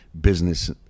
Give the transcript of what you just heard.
business